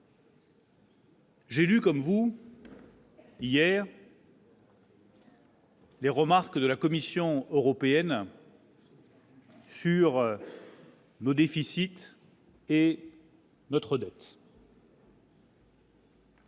J'ai lu comme vous. Hier. Les remarques de la Commission européenne. Sur. Mot déficit et. Notre dette.